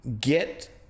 get